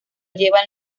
lleva